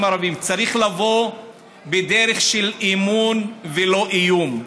הערביים צריך לבוא בדרך של אמון ולא איום,